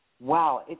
wow